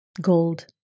Gold